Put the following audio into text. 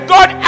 God